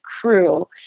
crew